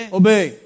obey